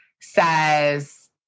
says